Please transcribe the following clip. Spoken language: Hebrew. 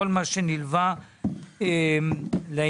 אני